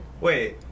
wait